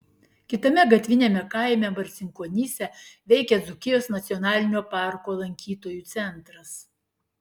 kitame gatviniame kaime marcinkonyse veikia dzūkijos nacionalinio parko lankytojų centras